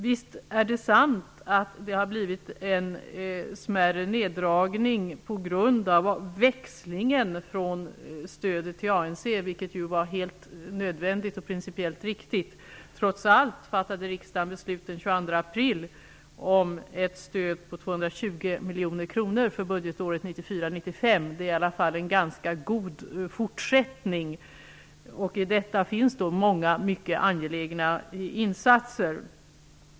Visst är det sant att det har blivit en smärre neddragning av biståndet på grund av växlingen från stödet till ANC, som ju var helt nödvändig och principiellt riktig. Trots allt fattade riksdagen den 22 april beslut om ett stöd på 220 miljoner kronor för budgetåret 1994/95. Det är i alla fall en ganska god fortsättning. I detta finns många mycket angelägna insatser.